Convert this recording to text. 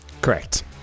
Correct